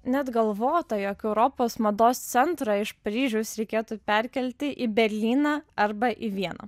net galvota jog europos mados centrą iš paryžiaus reikėtų perkelti į berlyną arba į vieną